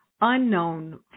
unknown